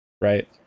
right